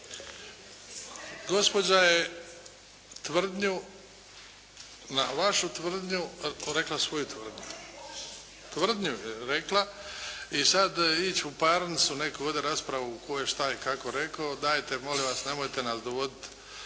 gospođa je tvrdnju, na vašu tvrdnju rekla svoju tvrdnju. …/Upadica se ne čuje./… Tvrdnju je rekla. I sad ići u parnicu, neku ovdje raspravu tko je šta i kako rekao, dajte molim vas nemojte nas dovodit